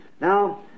Now